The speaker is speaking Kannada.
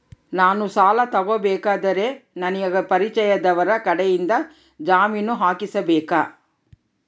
ನಾನು ಸಾಲ ತಗೋಬೇಕಾದರೆ ನನಗ ಪರಿಚಯದವರ ಕಡೆಯಿಂದ ಜಾಮೇನು ಹಾಕಿಸಬೇಕಾ?